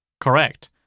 Correct